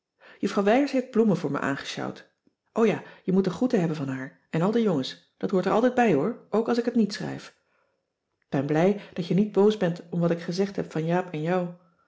juffrouw wijers heeft bloemen voor me aangesjouwd o ja je moet de groeten hebben van haar en al de jongens dat hoort er altijd bij hoor ook als ik het niet schrijf k ben blij dat je niet boos bent om wat ik gezegd heb van jaap en jou